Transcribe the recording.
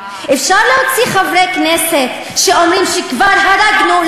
אפשר להוציא חברי כנסת שאומרים: כבר הרגנו,